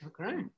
Okay